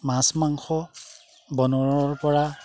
মাছ মাংস বনোৱাৰপৰা